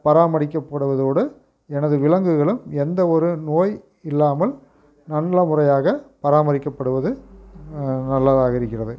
பராமரிக்கப்படுவதோடு எனது விலங்குகளும் எந்த ஒரு நோய் இல்லாமல் நல்லமுறையாக பராமரிக்கப்படுவது நல்லதாக இருக்கிறது